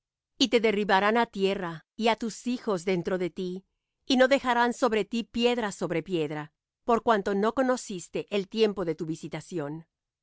y te derribarán á tierra y á tus hijos dentro de ti y no dejarán sobre ti piedra sobre piedra por cuanto no conociste el tiempo de tu visitación